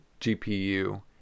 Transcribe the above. GPU